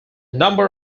number